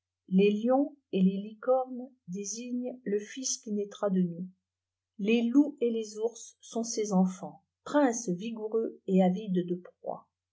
les lions et les licornes désignent le fils qui naîtra de nous les loups et les ours sont ses enfants princes vigoua reux et avides deproie